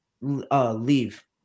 leave